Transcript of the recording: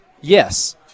Yes